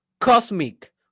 cosmic